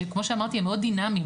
שכמו שאמרתי הם מאוד דינמיים,